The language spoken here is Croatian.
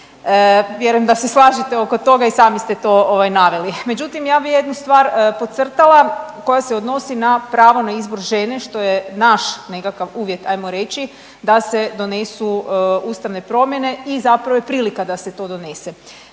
Vjerujem da se slažete oko toga, i sami ste to ovaj, naveli. Međutim, ja bih jednu stvar podcrtala koja se odnosi na pravo na izbor žene, što je naš nekakav uvjet, ajmo reći, da se donesu ustavne promjene i zapravo je prilika da se to donese.